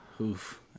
Oof